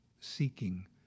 seeking